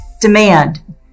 Demand